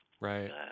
Right